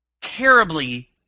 terribly